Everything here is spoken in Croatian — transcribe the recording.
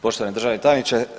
Poštovani državni tajniče.